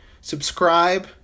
subscribe